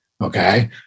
okay